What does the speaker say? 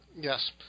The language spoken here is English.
Yes